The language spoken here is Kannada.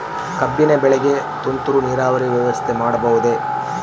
ಕಬ್ಬಿನ ಬೆಳೆಗೆ ತುಂತುರು ನೇರಾವರಿ ವ್ಯವಸ್ಥೆ ಮಾಡಬಹುದೇ?